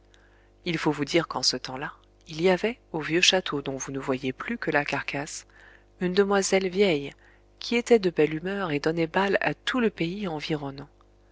il faut vous dire qu'en ce temps-là il y avait au vieux château dont vous ne voyez plus que la carcasse une demoiselle vieille qui était de belle humeur et donnait bal à tout le pays environnant